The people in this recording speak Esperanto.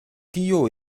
tio